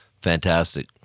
Fantastic